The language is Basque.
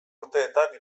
urteetan